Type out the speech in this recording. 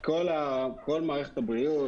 כל מערכת הבריאות,